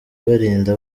barinda